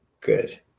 good